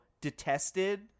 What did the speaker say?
detested